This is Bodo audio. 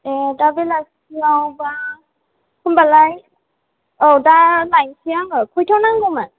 एह दा बेलासिआव बा होमबालाय आव दा लायनोसै आङो दा खैथायाव नांगौमोन